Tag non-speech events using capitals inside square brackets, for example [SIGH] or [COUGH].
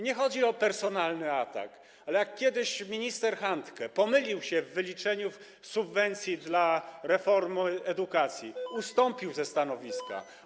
Nie chodzi o personalny atak, ale jak kiedyś minister Handke pomylił się w wyliczeniu subwencji w przypadku reformy edukacji, [NOISE] ustąpił ze stanowiska.